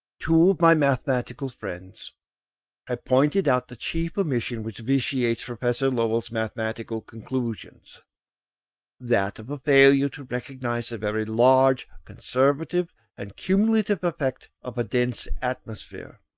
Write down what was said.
two of my mathematical friends have pointed out the chief omission which vitiates professor lowell's mathematical conclusions that of a failure to recognise the very large conservative and cumulative effect of a dense atmosphere.